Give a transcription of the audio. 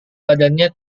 badannya